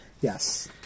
Yes